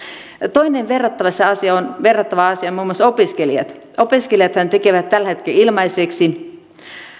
toinen verrattava asia on muun muassa opiskelijat opiskelijathan tekevät tällä hetkellä ilmaiseksi